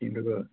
কিন্তু